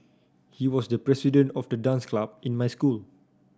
he was the president of the dance club in my school